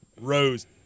Rose